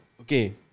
Okay